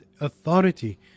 authority